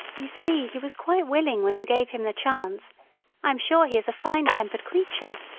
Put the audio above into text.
you see he was quite willing when you gave him the chance i am sure he is a fine-tempered creature,